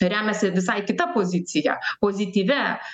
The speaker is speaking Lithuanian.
remiasi visai kita pozicija pozityvia